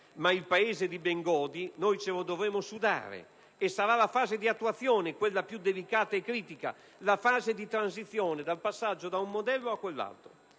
ma il Paese di Bengodi ce lo dovremo sudare e ciò avverrà nella fase di attuazione, quella più delicata e critica, nella fase di transizione, del passaggio da un modello ad un altro.